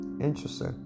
interesting